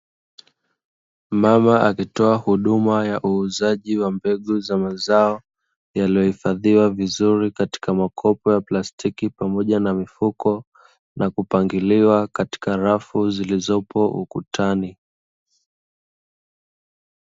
Mama akitoa huduma ya uuzaji wa mbegu za mazao yaliyohifadhiwa vizuri katika makopo ya plastiki, pamoja na mifuko na kupangiliwa katika rafu zilizopo ukutani.